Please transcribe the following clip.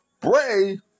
Bray